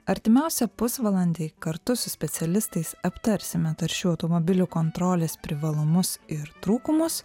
artimiausią pusvalandį kartu su specialistais aptarsime taršių automobilių kontrolės privalumus ir trūkumus